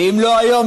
ואם לא היום,